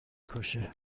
کشه